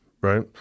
right